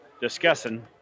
discussing